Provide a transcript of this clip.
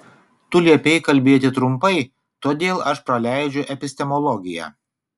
tu liepei kalbėti trumpai todėl aš praleidžiu epistemologiją